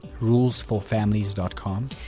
rulesforfamilies.com